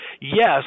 Yes